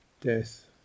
Death